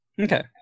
Okay